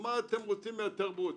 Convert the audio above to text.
מה אתם רוצים מהתרבות?